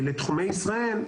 שמנסים לעשות לתחומי ישראל,